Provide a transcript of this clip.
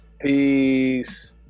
Peace